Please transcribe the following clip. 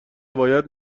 باید